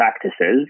practices